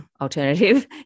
alternative